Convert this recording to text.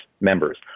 members